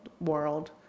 world